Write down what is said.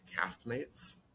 castmates